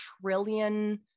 trillion